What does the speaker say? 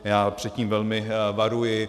Já před tím velmi varuji.